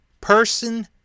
Person